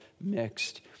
mixed